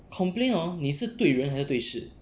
complain orh 你是对人还是对事